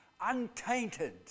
untainted